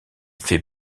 fait